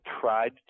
tried